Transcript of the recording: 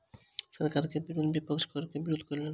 सरकार के विरुद्ध विपक्ष करक विरोध केलक